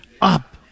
up